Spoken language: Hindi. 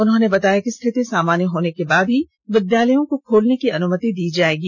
उन्होंने बताया कि स्थिति सामान्य होने के बाद ही विद्यालयों को खोलने की अनुमति दी जाएगी